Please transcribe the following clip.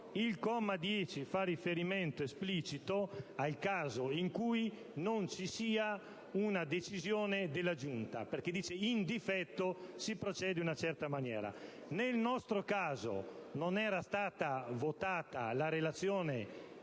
in questione fa riferimento esplicito al caso in cui non ci sia una decisione della Giunta, perché afferma che, in difetto, si procede in una certa maniera. Nel nostro caso, non era stata approvata la relazione